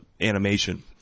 animation